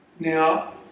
Now